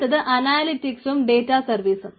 അടുത്തത് അനാലിറ്റിക്സും ഡേറ്റ സർവീസും